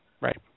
Right